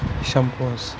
shampoo حظ